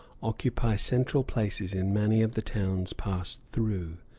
occupy central places in many of the towns passed through.